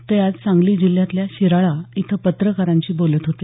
ते आज सांगली जिल्ह्यातल्या शिराळा इथे पत्रकारांशी बोलत होते